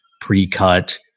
pre-cut